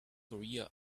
korea